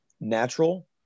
natural